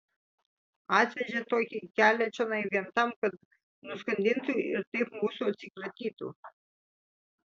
atvežė tokį kelią čionai vien tam kad nuskandintų ir taip mūsų atsikratytų